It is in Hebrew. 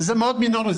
זה מאוד מינורי,